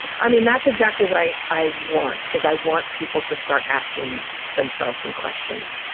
i mean, that's exactly what i i want, is i want people to start asking themselves some questions.